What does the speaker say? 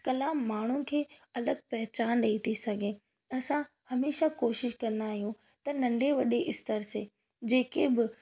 कला माण्हुनि खे अलॻि पहचान ॾेई थी सघे असां हमेशह कोशिश कंदा आहियूं त नंढे वॾे इस्तर से जेके बि